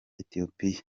etiyopiya